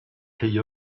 play